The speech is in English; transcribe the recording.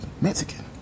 Mexican